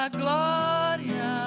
glória